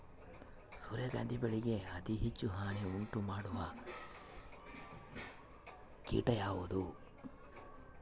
ಸೂರ್ಯಕಾಂತಿ ಬೆಳೆಗೆ ಅತೇ ಹೆಚ್ಚು ಹಾನಿ ಉಂಟು ಮಾಡುವ ಕೇಟ ಯಾವುದು?